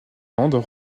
landes